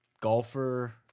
golfer